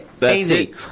Easy